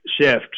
shift